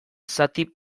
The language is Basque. zati